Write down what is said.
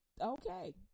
okay